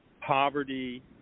poverty